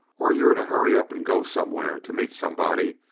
or you're to hurry up and go somewhere to meet somebody,